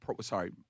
sorry